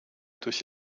durch